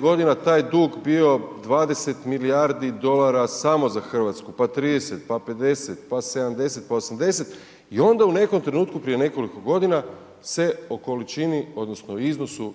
godina taj dug bio 20 milijardi dolara samo za RH, pa 30, pa 50, pa 70, pa 80 i onda u nekom trenutku prije nekoliko godina se o količini odnosno o iznosu